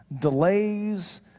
delays